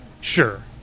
Sure